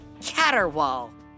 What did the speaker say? Catterwall